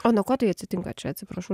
o nuo ko tai atsitinka čia atsiprašau